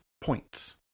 points